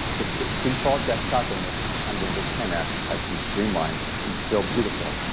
the default desktop image on windows ten s has been streamlined and still beautiful.